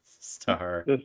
star